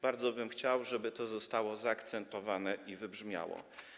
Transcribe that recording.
Bardzo bym chciał, żeby to zostało zaakcentowane i wybrzmiało.